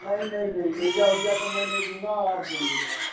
नहीं नहीं नहीं नैया वैया का मैं नही दूंगा आप देंगे बस